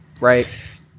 right